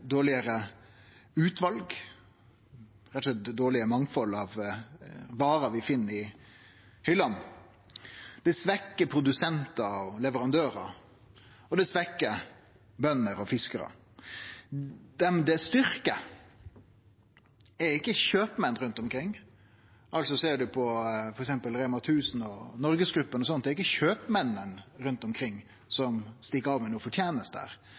dårlegare utval – rett og slett dårlegare mangfald av varer i hyllene. Det svekkjer produsentar og leverandørar, og det svekkjer bønder og fiskarar. Dei det styrkjer, er ikkje kjøpmenn rundt omkring. Ser ein på f.eks. Rema 1000 og Norgesgruppen, er det ikkje kjøpmennene rundt omkring som stikk av med noka forteneste